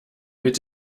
mit